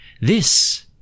This